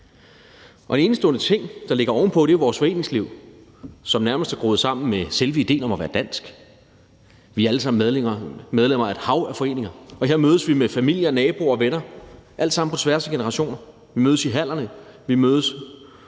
En enestående ting, der ligger oven på det, er jo vores foreningsliv, som nærmest er groet sammen med selve idéen om at være dansk. Vi er alle sammen medlemmer af et hav af foreninger, og her mødes vi med familie, naboer og venner, alt sammen på tværs af generationer. Vi mødes i hallerne, vi mødes